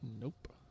Nope